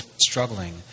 struggling